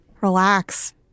relax